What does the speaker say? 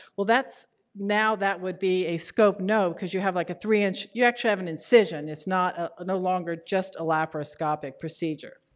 well, that's now that would be a scope no because you have like a three inch you actually have an incision. it's not ah no longer just a laparoscopic procedure.